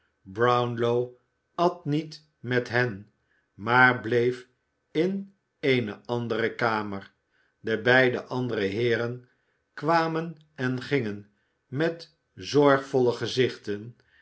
brownlow at niet met hen maar bleef in eene andere kamer de beide andere heeren kwamen en gingen met zorgvolle gezichten